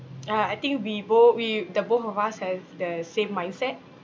uh I think we bo~ we the both of us have the same mindset